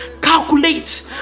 calculate